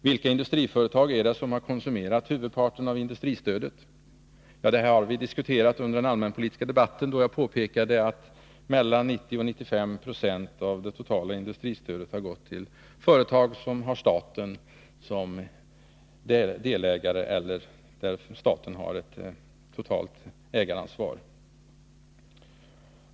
Vilka industriföretag är inom läkemedelsdet som har konsumerat huvudparten av industristödet? Den frågan industrin diskuterade vi under den allmänpolitiska debatten, då jag påpekade att 90-95 90 av det totala industristödet har gått till företag som har staten som delägare eller där staten har ett totalt ägaransvar.